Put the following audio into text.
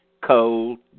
cold